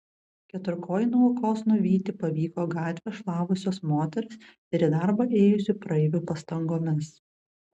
keturkojį nuo aukos nuvyti pavyko gatvę šlavusios moters ir į darbą ėjusių praeivių pastangomis